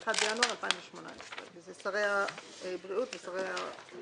(1 בינואר 2018). חתומים על הצו שר הבריאות ושר האוצר.